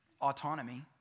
autonomy